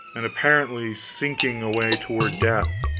and apparently sinking away toward death.